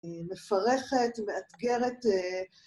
מפרכת, מאתגרת.